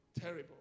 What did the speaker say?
terrible